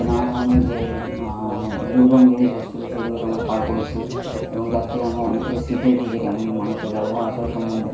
যে নানা ধরনের যে দুর্গম জিনিস এসছিল সেগুলোকে আমরা পার করেছি এবং তার থেকে আমরা অনেক কিছু শিখেওছি যে কেমন মানুষের ব্যবহার আচার সম্বন্ধে